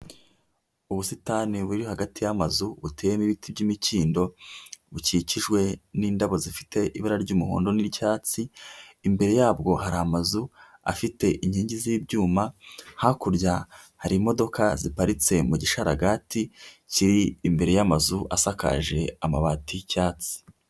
Ubusitani buri hagati y'amazu buteyewe n'ibiti by'imikindo bukikijwe n'indabo zifite ibara ry'umuhondo n'icyatsi, imbere yabwo hari amazu afite inkingi z'ibyuma hakurya harimo ziparitse mu gisharagati kiri imbere y'amazu asakaje amabati asa icyatsi.